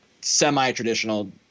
semi-traditional